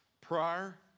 Prior